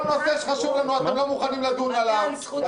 כל נושא שחשוב לנו אתם לא מוכנים לדון עליו.